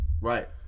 Right